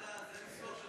לא, זה ניסוח שלך.